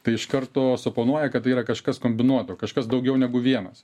tai iš karto suponuoja kad tai yra kažkas kombinuoto kažkas daugiau negu vienas